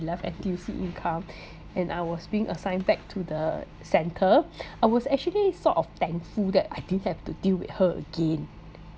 left N_T_U_C income and I was being assigned back to the centre I was actually sort of thankful that I didn't have to deal with her again